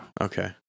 Okay